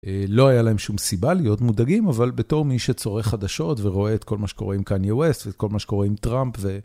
לא היה להם שום סיבה להיות מודאגים, אבל בתור מי שצורך חדשות ורואה את כל מה שקורה עם קניה ווסט ואת כל מה שקורה עם טראמפ ו...